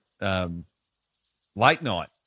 late-night